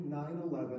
9-11